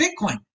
Bitcoin